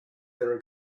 their